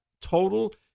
total